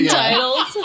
titles